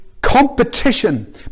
competition